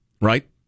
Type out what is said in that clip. Right